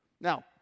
Now